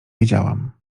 wiedziałam